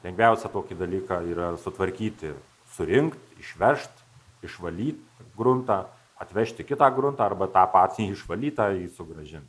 lengviausia tokį dalyką yra sutvarkyti surinkt išvežt išvalyt gruntą atvežti kitą gruntą arba tą patį išvalytąjį sugrąžint